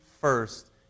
first